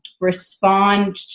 respond